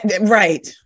Right